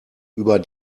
über